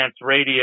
radio